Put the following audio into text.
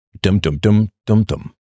Dum-dum-dum-dum-dum